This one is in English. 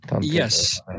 Yes